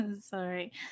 Sorry